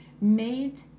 made